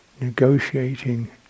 negotiating